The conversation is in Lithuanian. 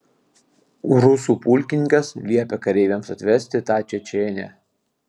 rusų pulkininkas liepė kareiviams atvesti tą čečėnę